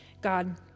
God